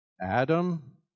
Adam